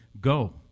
Go